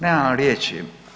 Nemam riječi.